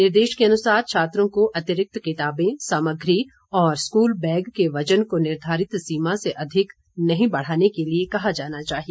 निर्देश के अनुसार छात्रों को अतिरिक्त किताबें सामग्री और स्कूल बैग के वजन को निर्धारित सीमा से अधिक नहीं बढ़ाने के लिए कहा जाना चाहिए